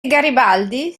garibaldi